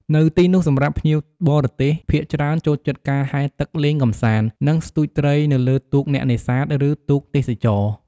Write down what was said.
នៅទីនោះសម្រាប់ភ្ញៀវបរទេសភាគច្រើនចូលចិត្តការហែលទឹកលេងកម្សាន្ត និងស្ទួចត្រីនៅលើទូកអ្នកនេសាទ ឬទូកទេសចរណ៍។